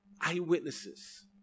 Eyewitnesses